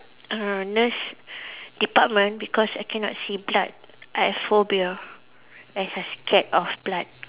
uh nurse department because I cannot see blood I have phobia as I scared of blood